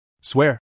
Swear